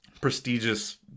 prestigious